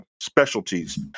specialties